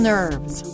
Nerves